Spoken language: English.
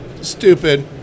stupid